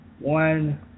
one